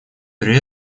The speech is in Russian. при